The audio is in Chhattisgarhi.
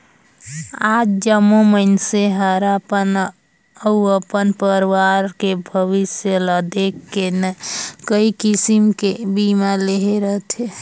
आज जम्मो मइनसे हर अपन अउ अपन परवार के भविस्य ल देख के कइ किसम के बीमा लेहे रथें